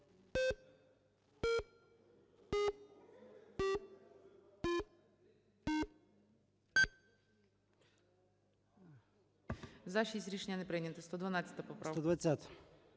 За-6 Рішення не прийнято. 112 поправка.